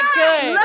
good